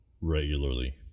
regularly